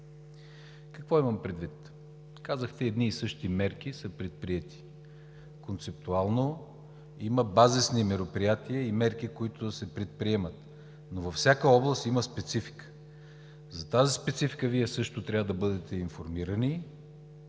Какво имам предвид? Казахте: „едни и същи мерки са предприети“. Концептуално има базисни мероприятия и мерки, които да се предприемат, но във всяка област има специфика. За тази специфика Вие също трябва да бъдете информирани